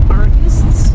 artists